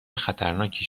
خطرناکی